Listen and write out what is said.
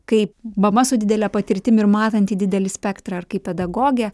kaip mama su didele patirtim ir matanti didelį spektrą ar kaip pedagogė